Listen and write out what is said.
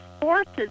forces